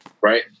Right